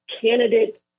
candidate